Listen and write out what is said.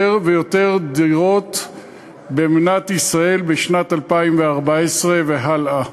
ויותר דירות במדינת ישראל בשנת 2014 והלאה.